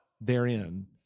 therein